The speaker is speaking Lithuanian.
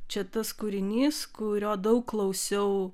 čia tas kūrinys kurio daug klausiau